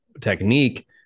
technique